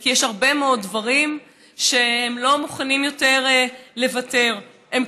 וכי יש הרבה מאוד דברים שהם לא מוכנים יותר לוותר עליהם.